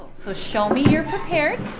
so show me you're prepared.